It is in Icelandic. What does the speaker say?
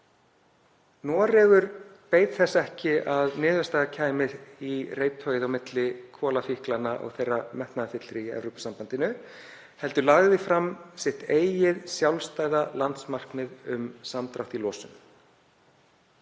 beið þess ekki að niðurstaða kæmi í reiptogið milli kolafíklanna og þeirra metnaðarfyllri í Evrópusambandinu heldur lagði fram sitt eigið sjálfstæða landsmarkmið um samdrátt í losun.